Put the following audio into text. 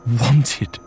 wanted